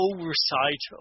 Oversight